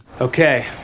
Okay